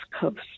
coast